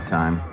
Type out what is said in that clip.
time